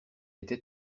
était